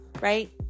right